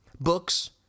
Books